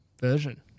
version